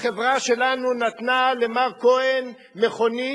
החברה שלנו נתנה למר כהן מכונית,